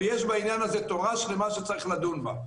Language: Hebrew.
ויש בעניין הזה תורה שלמה שצריך לדון בה.